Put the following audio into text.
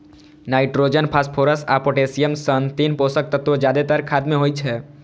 nitrogen, phosphorus आ potassium सन तीन पोषक तत्व जादेतर खाद मे होइ छै